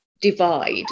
divide